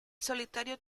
solitario